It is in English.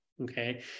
okay